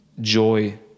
joy